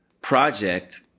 project